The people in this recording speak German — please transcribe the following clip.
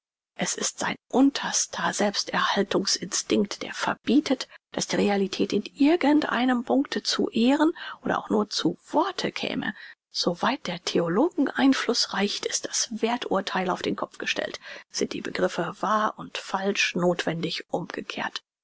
es ist sein unterster selbsterhaltungs instinkt der verbietet daß die realität in irgend einem punkte zu ehren oder auch nur zu worte käme so weit der theologen einfluß reicht ist das werth urtheil auf den kopf gestellt sind die begriffe wahr und falsch nothwendig umgekehrt